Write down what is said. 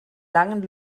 langen